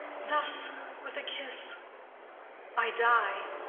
thus with a kiss i die.